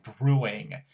brewing